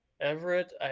Everett